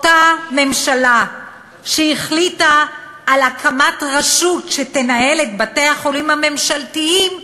אותה ממשלה שהחליטה על הקמת רשות שתנהל את בתי-החולים הממשלתיים,